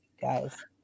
guys